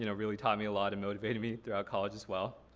you know really taught me a lot and motivated me throughout college as well.